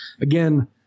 again